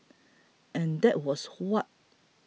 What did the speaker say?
and that was what